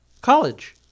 College